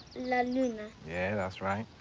la luna. yeah, that's right.